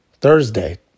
Thursday